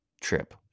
trip